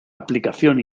aplicación